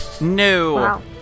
No